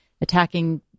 attacking